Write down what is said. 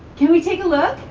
can we take a look?